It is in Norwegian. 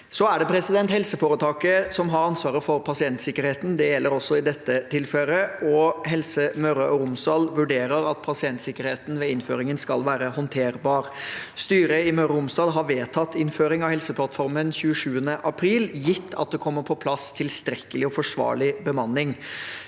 Det er helseforetaket som har ansvaret for pasientsikkerheten. Det gjelder også i dette tilfellet, og Helse Møre og Romsdal vurderer at pasientsikkerheten ved innføringen skal være håndterbar. Styret i Møre og Romsdal har vedtatt innføring av Helseplattformen 27. april, gitt at det kommer på plass tilstrekkelig og forsvarlig bemanning.